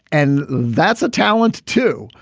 and that's a talent, too.